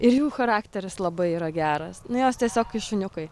ir jų charakteris labai yra geras nu jos tiesiog kai šuniukai